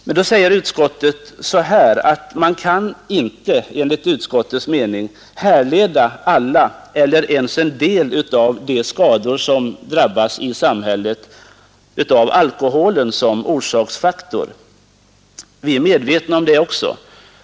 Men utskottet säger nu att man inte kan avgränsa de skador som drabbar samhället med alkohol som orsaksfaktor. Vi är medvetna om det också.